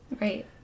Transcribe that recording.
Right